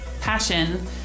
Passion